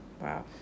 Wow